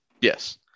Yes